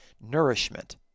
nourishment